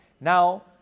now